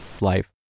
life